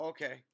Okay